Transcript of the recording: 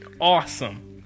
Awesome